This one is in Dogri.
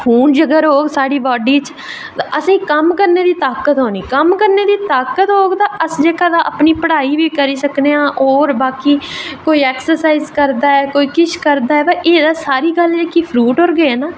खून जेकर रौह्ग साढ़ी बॉडी च ते असेंगी कम्म करने दी ताकत औनी ते असें कम्म करने दी ताकत औग ते अस तां अपनी पढ़ाई बी करी सकने आं ते होर जेह्की एक्सरसाईज़ करदा ऐ कोई किश होर करदा ऐ ते सारी गल्ल फ्रूट पर गै